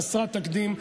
כמעט חסרת תקדים,